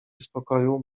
spokoju